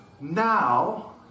now